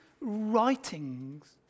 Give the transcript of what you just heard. writings